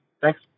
Thanks